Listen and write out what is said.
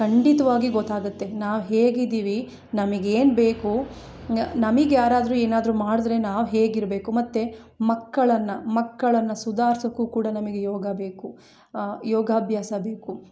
ಖಂಡಿತ್ವಾಗಿ ಗೊತ್ತಾಗುತ್ತೆ ನಾವು ಹೇಗಿದ್ದೀವಿ ನಮಗ್ ಏನುಬೇಕು ನಮಗ್ ಯಾರಾದರು ಏನಾದರು ಮಾಡಿದ್ರೆ ನಾವು ಹೇಗಿರಬೇಕು ಮತ್ತು ಮಕ್ಕಳನ್ನು ಮಕ್ಕಳನ್ನು ಸುಧಾರ್ಸೋಕು ಕೂಡ ನಮಗ್ ಯೋಗ ಬೇಕು ಯೋಗಾಭ್ಯಾಸ ಬೇಕು